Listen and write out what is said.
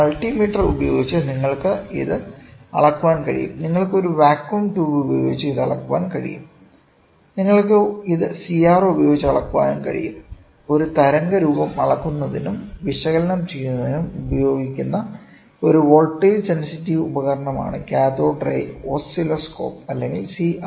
multi metre ഉപയോഗിച്ച് നിങ്ങൾക്ക് ഇത് അളക്കാൻ കഴിയും നിങ്ങൾക്ക് ഒരു വാക്വം ട്യൂബ് ഉപയോഗിച്ച് ഇത് അളക്കാൻ കഴിയും നിങ്ങൾക്ക് ഇത് CRO ഉപയോഗിച്ച് അളക്കാനും കഴിയും ഒരു തരംഗരൂപം അളക്കുന്നതിനും വിശകലനം ചെയ്യുന്നതിനും ഉപയോഗിക്കുന്ന ഒരു വോൾട്ടേജ് സെൻസിറ്റീവ് ഉപകരണമാണ് കാഥോഡ് റേ ഓസിലോസ്കോപ്പ് അല്ലെങ്കിൽ CRO